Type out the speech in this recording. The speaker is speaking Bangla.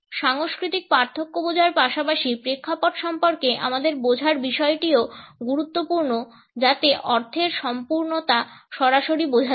সাংস্কৃতিক পার্থক্য বোঝার পাশাপাশি প্রেক্ষাপট সম্পর্কে আমাদের বোঝার বিষয়টিও গুরুত্বপূর্ণ যাতে অর্থের সম্পূর্ণতা সরাসরি বোঝা যায়